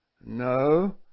No